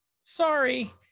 Sorry